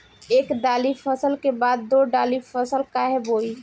एक दाली फसल के बाद दो डाली फसल काहे बोई?